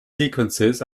sequences